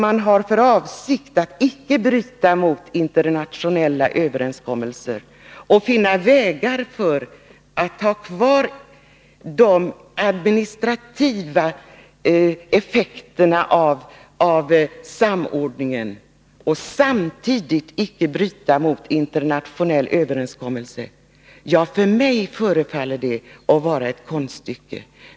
Man har för avsikt att icke bryta mot internationella överenskommelser men ändå ha kvar de administrativa effekterna av samordningen. För mig förefaller det vara ett konststycke.